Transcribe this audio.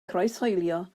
croeshoelio